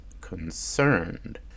concerned